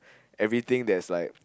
everything that's like